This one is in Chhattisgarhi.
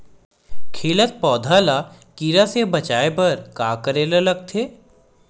खिलत पौधा ल कीरा से बचाय बर का करेला लगथे?